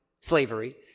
slavery